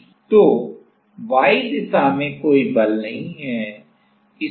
तो इसे हम d नहीं कहते हैं क्योंकि हमारा मुख्य गैप d है उस स्थिति में जो भी गैप है जबकि यह y विक्षेपित है